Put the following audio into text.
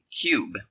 cube